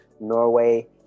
Norway